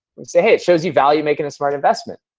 say, hey it show you value making a smart investment.